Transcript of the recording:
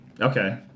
Okay